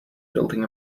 building